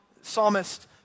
psalmist